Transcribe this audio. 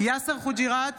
יאסר חוג'יראת,